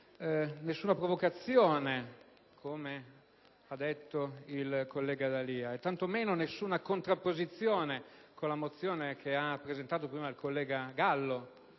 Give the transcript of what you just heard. nessuna provocazione, come ha detto il collega D'Alia e, tanto meno, nessuna contrapposizione con la mozione presentata dal collega Gallo,